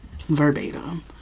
verbatim